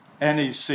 NEC